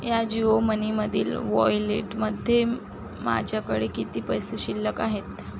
या जिओ मनीमधील वॉयलेटमध्ये माझ्याकडे किती पैसे शिल्लक आहेत